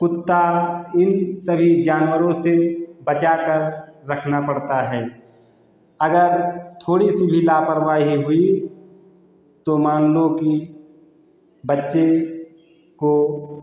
कुत्ता इन सभी जानवरों से बचा कर रखना पड़ता है अगर थोड़ी सी भी लापरवाही हुई तो मान लो कि बच्चे को